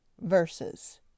verses